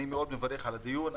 אני מאוד מברך על הדיון,